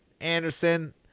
Anderson